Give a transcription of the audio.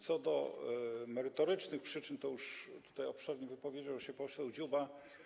Co do merytorycznych przyczyn, to już tutaj obszernie wypowiedział się poseł Dziuba.